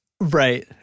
Right